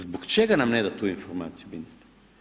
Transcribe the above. Zbog čega nam ne da tu informaciju ministar?